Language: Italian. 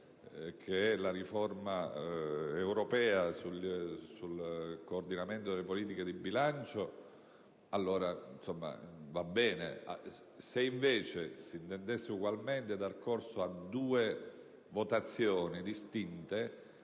che è la riforma sul coordinamento europeo delle politiche di bilancio, allora va bene. Se invece si intendesse ugualmente dare corso a due votazioni distinte,